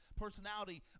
personality